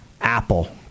Apple